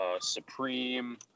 supreme